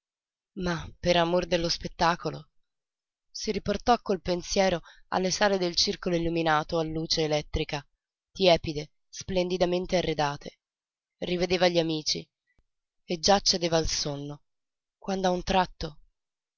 mah per amor dello spettacolo si riportò col pensiero alle sale del circolo illuminato a luce elettrica tepide splendidamente arredate rivedeva gli amici e già cedeva al sonno quando a un tratto